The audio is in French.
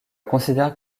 considère